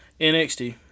NXT